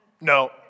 no